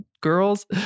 girls